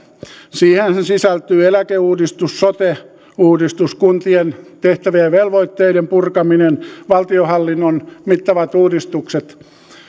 siihenhän sisältyy eläkeuudistus sote uudistus kuntien tehtävien ja velvoitteiden purkaminen valtionhallinnon mittavat uudistukset